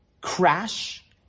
crash